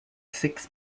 six